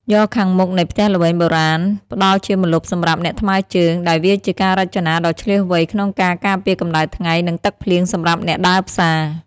យ៉រខាងមុខនៃផ្ទះល្វែងបុរាណផ្តល់ជាម្លប់សម្រាប់អ្នកថ្មើរជើង ដែលវាជាការរចនាដ៏ឈ្លាសវៃក្នុងការការពារកម្ដៅថ្ងៃ និងទឹកភ្លៀងសម្រាប់អ្នកដើរផ្សារ។